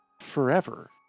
forever